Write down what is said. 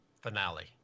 finale